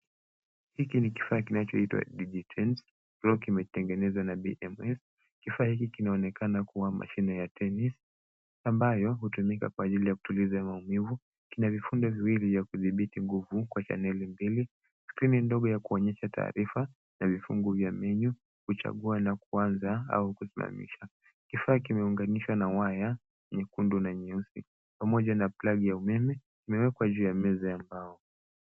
Hiki ni kifaa kinachoitwa digitense ambacho kimetengenezwa na dms . Kifaa hiki kinaonekana kuwa mashine ya tennis ambayo hutumika kwa ajili ya kutuliza maumivu. Kina vifundo viwili vya kudhibiti nguvu kwa channeli mbili. Skrini ndogo ya kuonyesha taarifa na vifungu vya menu huchagua na kuanza au kusimamisha. Kifaa kimeunganishwa na waya nyekundu na nyeusi pamoja na plagi ya umeme imewekwa juu ya meza ya mbao.